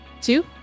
Two